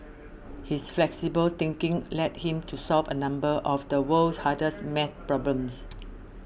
his flexible thinking led him to solve a number of the world's hardest maths problems